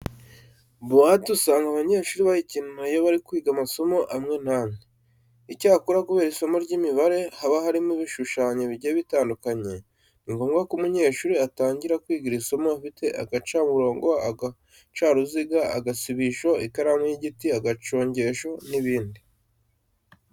Buwate usanga abanyeshuri bayikenera iyo bari kwiga amasomo amwe n'amwe. Icyakora kubera ko mu isomo ry'imibare haba harimo ibishushanyo bigiye bitandukanye, ni ngombwa ko umunyeshuri atangira kwiga iri somo afite agacamurongo, agacaruziga, agasibisho, ikaramu y'igiti, agacongesho n'ibindi.